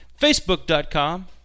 Facebook.com